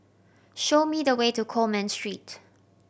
show me the way to Coleman Street